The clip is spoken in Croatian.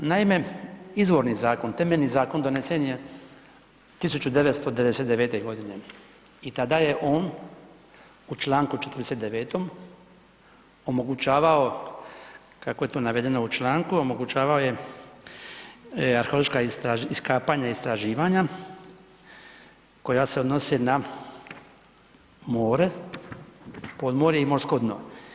Naime, izvorni zakon, temeljni zakon donesen je 1999.godine i tada je on u čl. 49. omogućavao, kako je to navedeno u članku omogućavao je arheološka iskapanja i istraživanja koja se odnose na more, podmorje i morsko dno.